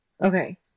okay